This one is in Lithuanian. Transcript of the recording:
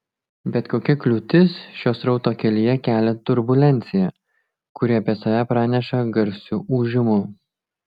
bet kokia kliūtis šio srauto kelyje kelia turbulenciją kuri apie save praneša garsiu ūžimu